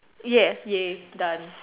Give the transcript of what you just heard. yes ya done